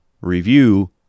review